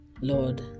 Lord